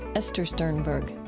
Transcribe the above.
esther sternberg